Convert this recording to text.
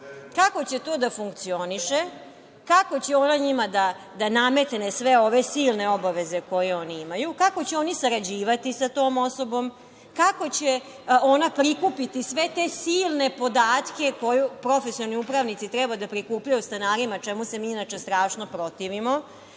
Kako će to da funkcioniše? Kako će ona njima da nametne sve ove silne obaveze koje oni imaju? Kako će oni sarađivati sa tom osobom? Kako će ona prikupiti sve te silne podatke koje profesionalni upravnici treba da prikupljaju o stanarima, čemu se inače strašno protivimo?